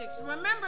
remember